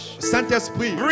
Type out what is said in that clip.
Saint-Esprit